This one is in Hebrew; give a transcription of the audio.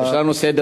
יש לנו סדר-יום,